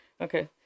Okay